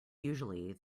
usually